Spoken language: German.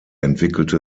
entwickelte